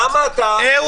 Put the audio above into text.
נכון.